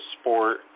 sport